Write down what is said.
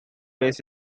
years